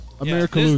America